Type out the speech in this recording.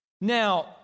Now